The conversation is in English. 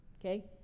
okay